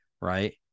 Right